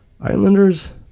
Islanders